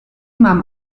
imam